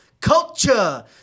culture